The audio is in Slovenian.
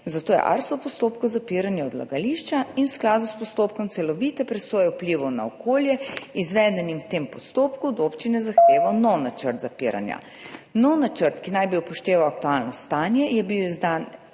zato je ARSO v postopku zapiranja odlagališča in v skladu s postopkom celovite presoje vplivov na okolje, izvedenim v tem postopku, od občine zahteval nov načrt zapiranja. Nov načrt, ki naj bi upošteval aktualno stanje, je bil izdan